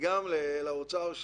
וגם לאוצר,